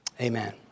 amen